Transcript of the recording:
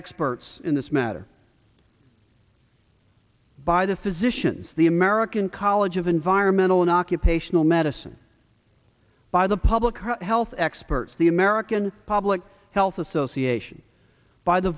experts in this matter by the physicians the american college of environmental and occupational medicine by the public health experts the american public health association by the